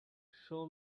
show